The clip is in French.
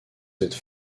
cette